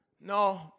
No